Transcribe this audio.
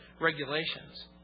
regulations